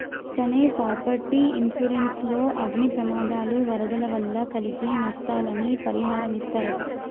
అట్టనే property insurance లో అగ్ని ప్రమాదాలు, వరదల వల్ల కలిగే నస్తాలని పరిహారమిస్తరట